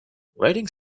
writing